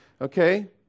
Okay